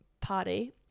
party